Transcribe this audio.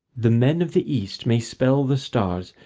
the men of the east may spell the stars,